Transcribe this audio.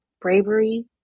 bravery